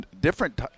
different